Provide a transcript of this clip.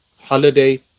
holiday